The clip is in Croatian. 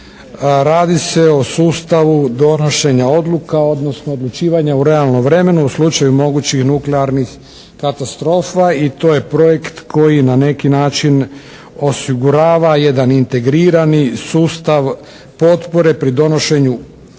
radi se o sustavu donošenja odluka, odnosno odlučivanja u realnom vremenu u slučaju mogućih nuklearnih katastrofa i to je projekt koji na neki način osigurava jedan integrirani sustav potpore pri donošenju odluka